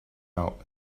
out